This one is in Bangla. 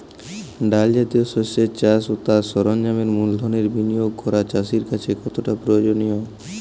ডাল জাতীয় শস্যের চাষ ও তার সরঞ্জামের মূলধনের বিনিয়োগ করা চাষীর কাছে কতটা প্রয়োজনীয়?